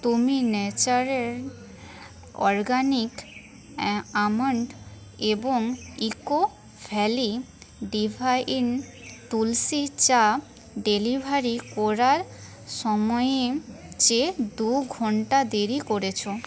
তুমি নেচারের organic almond এবং ইকো ভ্যালি ডিভাইন তুলসি চা ডেলিভারি করার সময়ে চেয়ে দুঘণ্টা দেরি করেছ